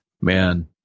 Man